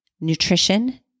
nutrition